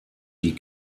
die